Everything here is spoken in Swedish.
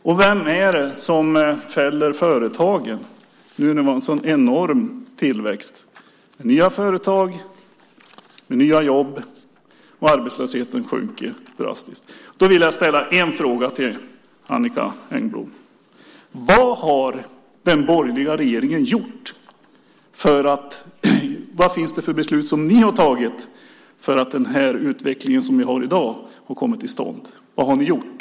Och vem är det som fäller företagen nu när vi har en så enorm tillväxt med nya företag och nya jobb samtidigt som arbetslösheten drastiskt sjunker? Slutligen vill jag fråga, Annicka Engblom: Vad har den borgerliga regeringen gjort - vilka beslut har ni tagit - för att den utveckling vi har i dag har kunnat komma till stånd? Vad har ni gjort?